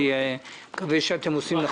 אני מקווה שאתם עושים נכון.